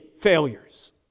failures